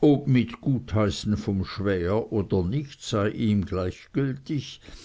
ob mit gutheißen vom schwäher oder nicht sei ihm gleichgültig